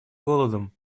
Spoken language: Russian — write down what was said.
голодом